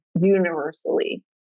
universally